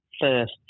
first